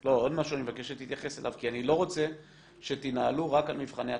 כי אני לא רוצה שתינעלו רק על מבחני התמיכה.